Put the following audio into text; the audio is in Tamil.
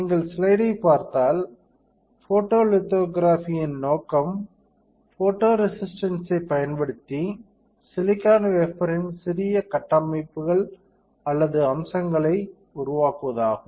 நீங்கள் ஸ்லைடைப் பார்த்தால் போட்டோலிதோகிராஃபியின் நோக்கம் ஃபோட்டோரேசிஸ்டைப் பயன்படுத்தி சிலிக்கான் வேஃபர்ன் சிறிய கட்டமைப்புகள் அல்லது அம்சங்களை உருவாக்குவதாகும்